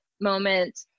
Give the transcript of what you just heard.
moment